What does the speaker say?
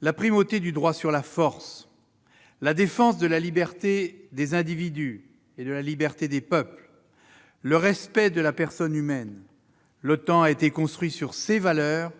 La primauté du droit sur la force ; la défense de la liberté des individus et des peuples ; le respect de la personne humaine : l'OTAN a été construite sur ces valeurs,